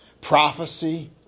prophecy